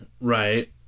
Right